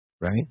right